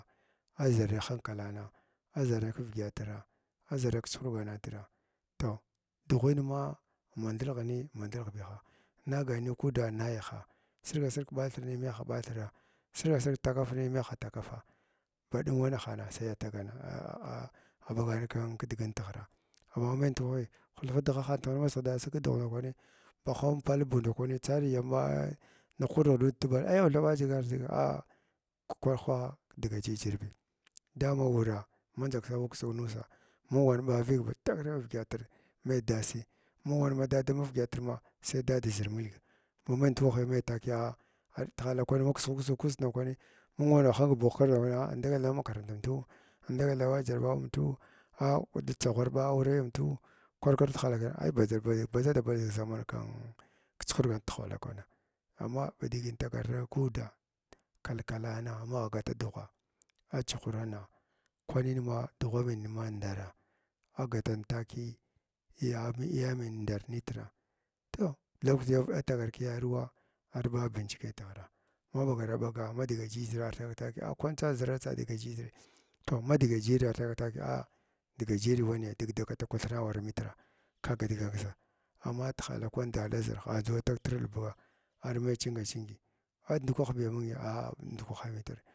Aʒharni khankna adʒarni krdətra adʒharni kchurganatra toh dughunama mandilghnii mandilghbina nagani kuud nayi ha sirga sirga kɓathirni maha ɓathira sirga sirga takafni maiha tzkafa badun wwahan sai atagana ah ah aɓagan kidigit tghraa amma ma mai ndukwah ghulfu dughanhn tagni masighda sig kdngh ndakwani ba hing pal buu ndakwani charii ah amma nughkut mugh tɓala ai awthaba wa dʒigar dʒiga ah kwah kwaha dga jijir bi dana wunaa mandʒa ksava ksig nuussa mang wan ɓa viig pa tangran avyədyatra mai dasi may wan ha da damavydyətrma sai da dʒir milga ma mai ndukwahi mai takiya ar tighala kwan ma kisgh ksig kusndakwani mung wan ba hing buw indagal da ma makarant umtnu inagal daɓa jarbawuutu wa kwaha tsaghwar ɓa aure untu kwar kidigit tihala kwana ai badʒal badʒig ai badʒaɗa badʒig zamen kin kichuhurgan tihala kwana amma badigi itagar naiy kuuda kalkalana magh gata dughwa a chuhurana kwanama dughwa menyema ndama a gatan takiy ya yameny ndarnitra toh lakirtn atagar kyaaruwa arɓa bincike tighra ma ɓagara ɓaga madga jijira a thaga tzkiya kwantsa zirartsa dga jijira toh ma dga jijirary thwana thig takiya dga jiiri waniya gatig kwathivna awara amitra ka gu dgdʒa amma tihala kwan dalaʒarna andʒu atagtrilbga ar mai chinga chingi a ai ndukwahbiyama a ndukwahanitr?